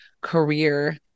career